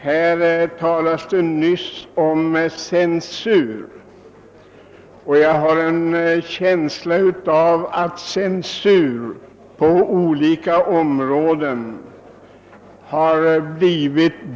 Vi har här talat om censur, och det är ju ett ord som är på modet.